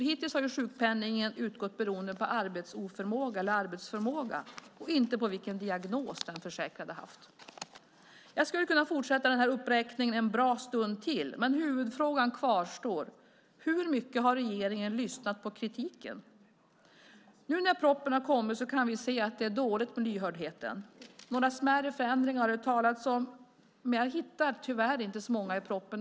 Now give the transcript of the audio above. Hittills har sjukpenningen utgått beroende på arbetsoförmåga eller arbetsförmåga och inte på vilken diagnos den försäkrade haft. Jag skulle kunna fortsätta den här uppräkningen en bra stund till, men huvudfrågan kvarstår: Hur mycket har regeringen lyssnat på kritiken? Nu när propositionen har kommit kan vi se att det är dåligt med lyhördheten. Några smärre förändringar har det talats om, men jag hittar tyvärr inte så många i propositionen.